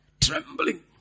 Trembling